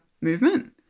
movement